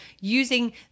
using